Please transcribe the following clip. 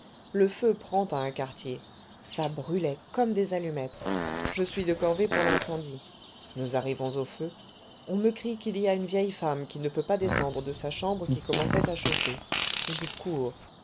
le feu prend à un quartier ça brûlait comme des allumettes je suis de corvée pour l'incendie nous arrivons au feu on me crie qu'il y a une vieille femme qui ne peut pas descendre de sa chambre qui commençait à chauffer j'y cours